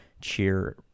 cheer